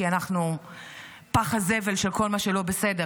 כי אנחנו פח הזבל של כל מה שלא בסדר.